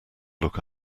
look